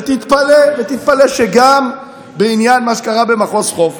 ותתפלא שגם בעניין מה שקרה במחוז חוף,